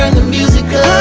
and the music